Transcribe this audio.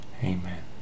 Amen